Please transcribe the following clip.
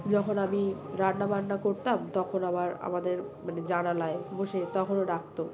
যখন আমি রান্না বান্না করতাম তখন আবার আমাদের মানে জানালায় বসে তখনও ডাাকত